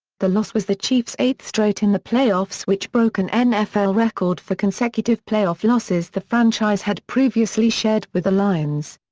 the loss was the chiefs' eighth straight in the playoffs which broke an nfl record for consecutive playoff losses the franchise had previously shared with the lions.